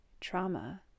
trauma